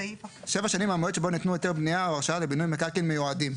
שבע שנים מהמועד שבו ניתנו היתר בנייה או הרשאה לבינוי מקרקעין מיועדים.